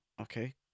okay